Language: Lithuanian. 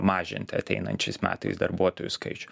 mažinti ateinančiais metais darbuotojų skaičių